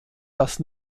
dass